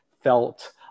felt